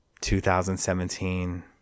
2017